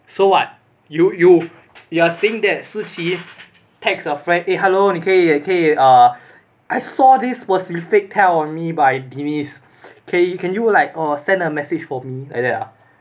so what you you you're saying that shi qi text her friend eh hello 你可以你可以 uh I saw this specific tell on me by denise K can you like send a message for me like that ah